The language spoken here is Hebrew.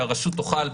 שהרשות תוכל,